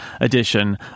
edition